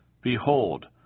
Behold